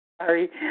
Sorry